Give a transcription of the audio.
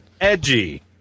Edgy